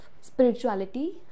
spirituality